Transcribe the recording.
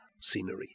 scenery